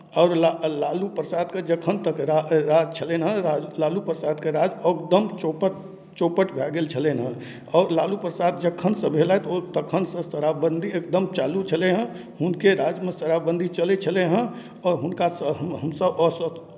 आओर ला लालू प्रसादके जखन तक रा रा राज छलनि हँ लालू प्रसादके राज्य एकदम चौपट चौपट भए गेल छलनि हेँ आओर लालू प्रसाद जखनसँ भेलथि ओ तखनसँ शराबबन्दी एकदम चालू छलै हँ हुनके राज्यमे शराबबन्दी चलै छलै हँ आओर हुनकासँ हम हमसभ असन्तु